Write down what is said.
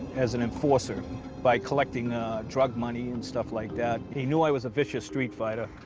as an enforcer by collecting drug money and stuff like that. he knew i was a vicious street fighter.